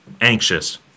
anxious